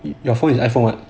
your phone is iphone what